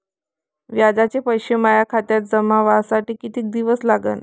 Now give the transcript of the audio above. व्याजाचे पैसे माया खात्यात जमा व्हासाठी कितीक दिवस लागन?